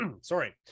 sorry